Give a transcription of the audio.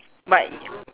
but y~